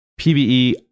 PVE